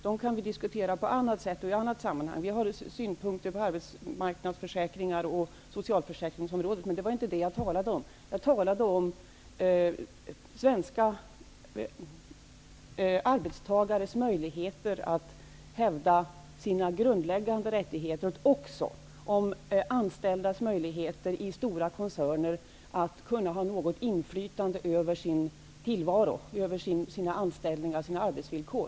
Dessa kan vi diskutera på annat sätt och i annat sammanhang. Vi har synpunkter på arbetsmarknadsförsäkringar och på socialförsäkringsområdet, men det var inte det som jag talade om, utan om svenska arbetstagares möjligheter att hävda sina grundläggande rättigheter och också om de anställdas möjligheter att i stora koncerner ha något inflytande över sin tillvaro, över sina anställningar och arbetsvillkor.